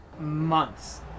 months